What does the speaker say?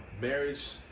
marriage